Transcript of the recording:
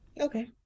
Okay